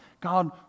God